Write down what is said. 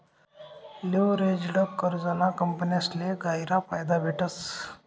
leveraged कर्जना कंपन्यासले गयरा फायदा भेटस